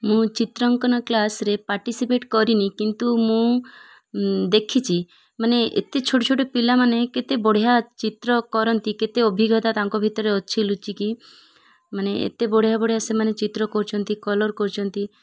ମୁଁ ଚିତ୍ରାଙ୍କନ କ୍ଲାସ୍ରେ ପାର୍ଟିସିପେଟ୍ କରିନି କିନ୍ତୁ ମୁଁ ଦେଖିଛି ମାନେ ଏତେ ଛୋଟ ଛୋଟ ପିଲାମାନେ କେତେ ବଢ଼ିଆ ଚିତ୍ର କରନ୍ତି କେତେ ଅଭିଜ୍ଞତା ତାଙ୍କ ଭିତରେ ଅଛି ଲୁଚିକି ମାନେ ଏତେ ବଢ଼ିଆ ବଢ଼ିଆ ସେମାନେ ଚିତ୍ର କରୁଛନ୍ତି କଲର୍ କରୁଛନ୍ତି